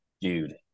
Dude